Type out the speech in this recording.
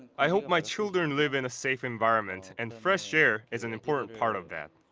i hope my children live in a safe environment. and fresh air is an important part of that.